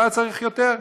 לא היה צריך יותר,